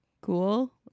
cool